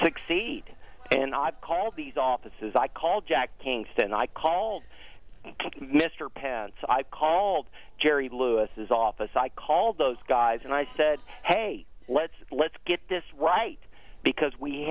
succeed and i've called these offices i call jack kingston i call mr pants i called jerry lewis is office i call those guys and i said hey let's let's get this right because we